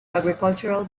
agricultural